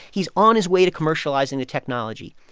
he's on his way to commercializing the technology.